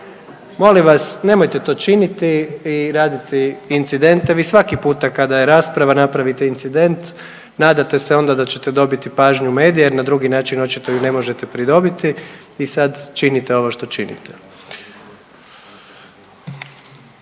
Molim vas nemojte to činiti i raditi incidente. Vi svaki puta kada je rasprava napravite incident, nadate se onda da ćete dobiti pažnju u medije jer na drugi način očito ih ne možete pridobiti i sad činite ovo što činite.